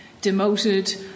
demoted